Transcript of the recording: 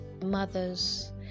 mothers